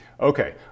Okay